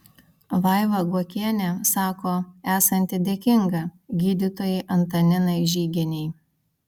vaiva guokienė sako esanti dėkinga gydytojai antaninai žygienei